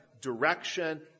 direction